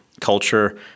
Culture